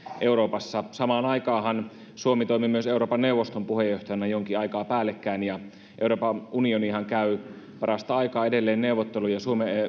euroopassa samaan aikaanhan suomi toimi myös euroopan neuvoston puheenjohtajana jonkin aikaa päällekkäin ja euroopan unionihan käy parasta aikaa edelleen neuvotteluja